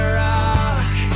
rock